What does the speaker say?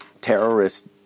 terrorist